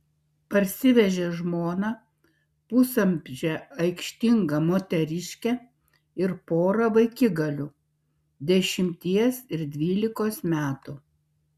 parsivežė žmoną pusamžę aikštingą moteriškę ir porą vaikigalių dešimties ir dvylikos metų